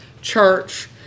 church